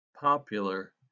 popular